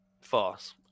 false